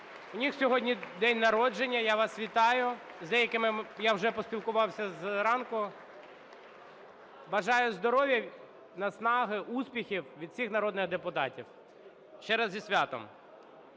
у них сьогодні день народження. Я вас вітаю! З деякими я вже поспілкувався зранку. Бажаю здоров'я, наснаги, успіхів від всіх народних депутатів. Ще раз зі святом!